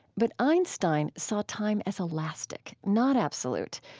but einstein saw time as elastic, not absolute,